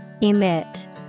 Emit